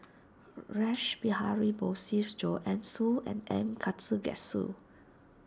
Rash Behari Bose Joanne Soo and M Karthigesu